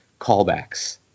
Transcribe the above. callbacks